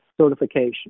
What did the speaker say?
certification